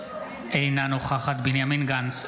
אינה נוכחת בנימין גנץ,